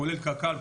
כולל קק"ל,